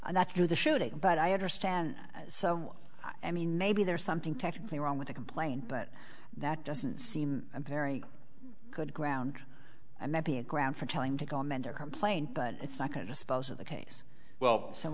and that's through the shooting but i understand so i mean maybe there's something technically wrong with the complaint but that doesn't seem a very good ground and that be a ground for telling to go amend their complaint but it's not going to dispose of the case well so